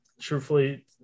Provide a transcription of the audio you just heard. truthfully